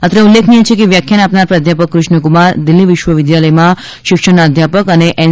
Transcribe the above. અત્રે ઉલેખનીય છે કે વ્યાખ્યાન આપનાર પ્રાધ્યાપક કૃષ્ણકુમાર દિલ્હી વિશ્વવિદ્યાલયમાં શિક્ષણના અધ્યાપક અને એન